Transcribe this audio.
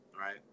right